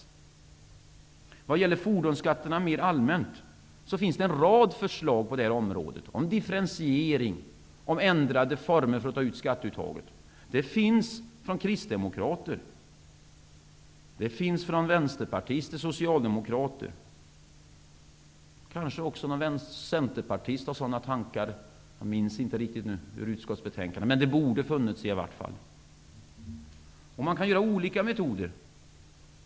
Det finns en rad förslag som gäller fordonsskatter mera allmänt. Det finns förslag om differentiering och om ändrade former för skatteuttaget. Det finns förslag från kristdemokrater, vänsterpartister och socialdemokrater. Det kanske också finns någon centerpartist som har sådana tankar. Jag minns inte riktigt vad som stod i utskottsbetänkandet, men det borde i alla fall ha funnits någon centerpartist. Man kan ta till olika metoder.